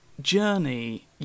journey